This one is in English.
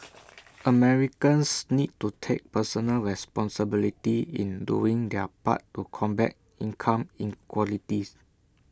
Americans need to take personal responsibility in doing their part to combat income inequalities